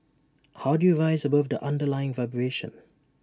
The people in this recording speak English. how do you rise above the underlying vibration